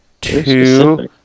two